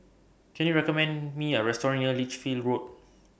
Can YOU recommend Me A Restaurant near Lichfield Road